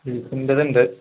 ഉണ്ട് അതുണ്ട്